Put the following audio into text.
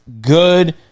good